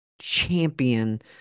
champion